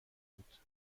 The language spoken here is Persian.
بود